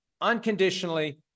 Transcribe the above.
unconditionally